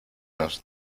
nos